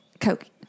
Coke